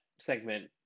segment